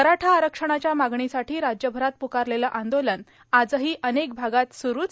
मराठा आरक्षणाच्या मागणीसाठी राज्यभरात पुकारलेलं आंदोलन आजही अनेक भागात सुरूच